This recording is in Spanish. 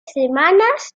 semanas